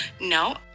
no